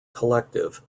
collective